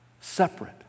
separate